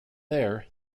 there